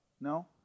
No